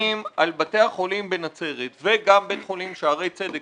על בתי החולים בנצרת וגם על בית חולים שערי צדק,